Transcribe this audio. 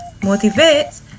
motivates